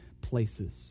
places